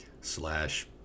slash